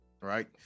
right